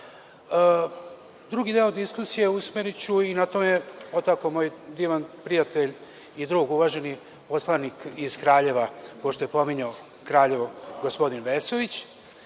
deo diskusije usmeriću, i na to me je podstakao, moj divan prijatelj i drug, uvaženi poslanik iz Kraljeva, pošto je pominjao Kraljevo, gospodin Vesović,